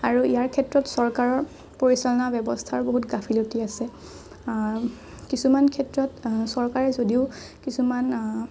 আৰু ইয়াৰ ক্ষেত্ৰত চৰকাৰৰ পৰিচালনা ব্যৱস্থাৰ বহুত গাফিলতি আছে কিছুমান ক্ষেত্ৰত চৰকাৰে যদিও কিছুমান